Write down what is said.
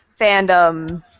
fandom